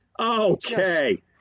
Okay